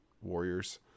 Warriors